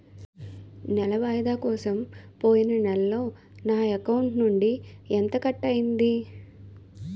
నెల వాయిదా కోసం పోయిన నెలలో నా అకౌంట్ నుండి ఎంత కట్ అయ్యింది?